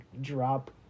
drop